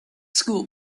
school